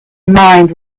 mind